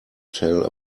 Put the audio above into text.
tell